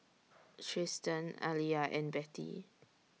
Trystan Aaliyah and Betty